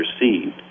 received